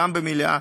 גם במליאה.